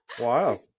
Wow